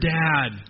dad